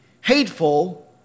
hateful